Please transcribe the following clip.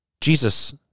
Jesus